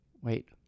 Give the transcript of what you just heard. Wait